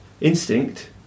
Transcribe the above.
instinct